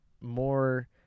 more